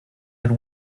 and